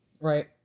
Right